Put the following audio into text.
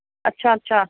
ਅੱਛਾ ਅੱਛਾ